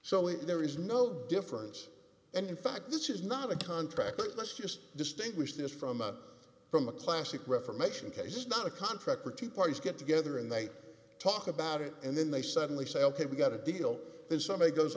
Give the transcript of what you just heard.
if there is no difference and in fact this is not a contract but let's just distinguish this from a from a classic reformation case not a contract for two parties get together and they talk about it and then they suddenly say ok we got a deal then somebody goes